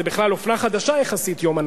זה בכלל אופנה חדשה יחסית, יום הנכבה.